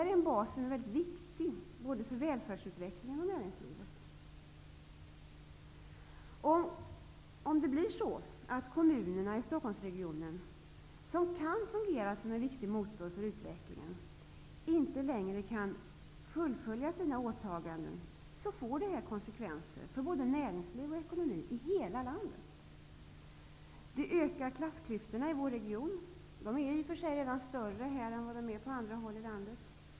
Denna bas är mycket viktig, både för välfärdsutvecklingen och för näringslivet. Om kommunerna i Stockholmsregionen -- som kan fungera som en viktig motor för utvecklingen -- inte längre kan fullfölja sina åtaganden, får detta konsekvenser för näringslivet och för ekonomin i hela landet. Detta skulle öka klassklyftorna i vår region, som i och för sig redan är större här än vad de är på andra håll i landet.